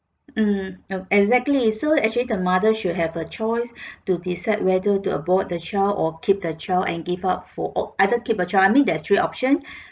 mm exactly so actually the mother should have a choice to decide whether to abort the child or keep the child and give up for either keep a child I mean there is three option